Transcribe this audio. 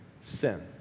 sin